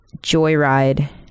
Joyride